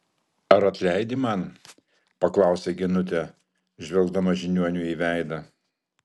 ar atleidi man paklausė genutė žvelgdama žiniuoniui į veidą